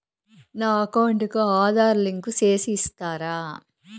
నా అకౌంట్ కు ఆధార్ లింకు సేసి ఇస్తారా?